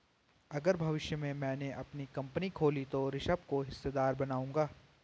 अगर भविष्य में मैने अपनी कंपनी खोली तो ऋषभ को हिस्सेदार बनाऊंगा